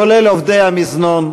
כולל עובדי המזנון,